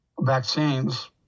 Vaccines